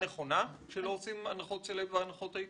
נכונה שלא עושים הנחות סלב והנחות טייקון?